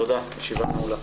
תודה, הישיבה נעולה.